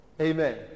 Amen